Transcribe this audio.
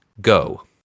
Go